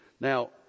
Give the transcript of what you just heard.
Now